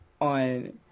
on